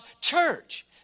church